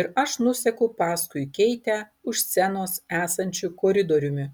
ir aš nuseku paskui keitę už scenos esančiu koridoriumi